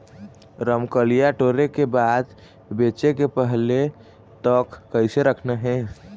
रमकलिया टोरे के बाद बेंचे के पहले तक कइसे रखना हे?